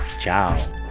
ciao